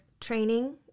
training